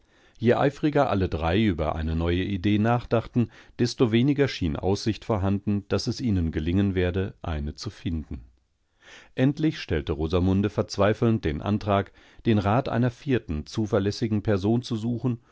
je eifriger alle drei über eine neue idee nachdachten desto weniger schien aussicht vorhanden daß es ihnen gelingen werde einezufinden endlich stellte rosamunde verzweifelnd den antrag den rat einer vierten zuverlässigenpersonzusuchen